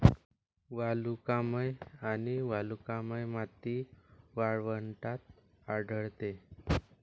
वालुकामय किंवा वालुकामय माती वाळवंटात आढळते